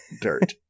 dirt